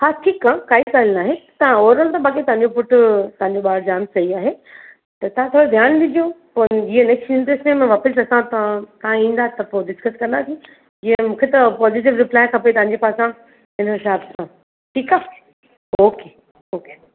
हा ठीकु आहे काई ॻाल्हि नाहे तां ओवरॉल त तव्हांजो पुटु तव्हांजो ॿारु जामु सही आहे त तव्हां थोरो ध्यानु ॾिजो पोइ जीअं नैक्स्ट युनिट टैस्ट ते मां वापसि असां सां तव्हां ईंदा त डिस्कस कंदासीं ईअं मूंखे त पॉज़िटिव रिप्लाइ खपे तव्हांजे जे पासां इन जो ठीकु आहे ओके ओके